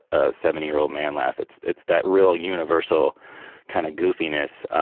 a seventy year old man laugh. it's it's that real universal kind of goofiness.